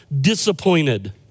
disappointed